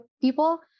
people